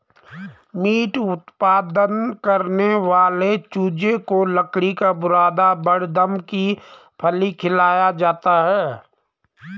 meet उत्पादन करने वाले चूजे को लकड़ी का बुरादा बड़दम की फली खिलाया जाता है